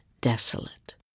desolate